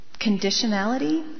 conditionality